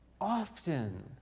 often